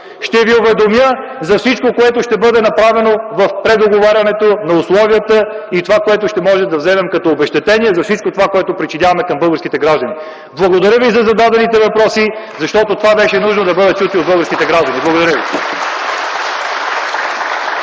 Ще ви уведомя за всичко, което ще бъде направено в предоговарянето на условията и това, което ще може да вземем като обезщетение за всичко това, което причиняваме на българските граждани. Благодаря Ви за зададените въпроси, защото това беше нужно да бъде чуто и от българските граждани. Благодаря ви. (Бурни